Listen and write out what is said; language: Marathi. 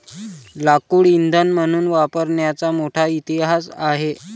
लाकूड इंधन म्हणून वापरण्याचा मोठा इतिहास आहे